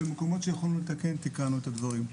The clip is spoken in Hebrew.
במקומות שיכולנו לתקן תיקנו את הדברים.